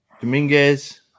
Dominguez